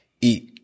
eat